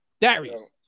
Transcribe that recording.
Darius